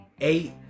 eight